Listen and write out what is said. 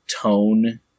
tone